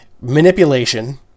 manipulation